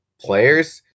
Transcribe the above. players